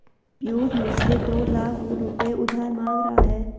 पियूष मुझसे दो लाख रुपए उधार मांग रहा है